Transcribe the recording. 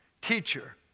teacher